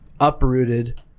uprooted